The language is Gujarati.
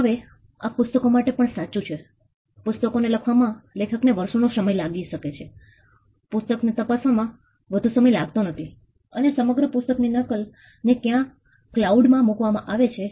હવે આ પુસ્તકો માટે પણ સાચું છે પુસ્તકો ને લખવામાં લેખક ને વર્ષોનો સમય લાગી શકે છે પુસ્તક ને તપાસવામાં વધુ સમય લાગતો નથી અને સમગ્ર પુસ્તકની નકલ ને ક્યાંક ક્લાઉડ માં મુકવામાં આવે છે